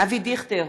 אבי דיכטר,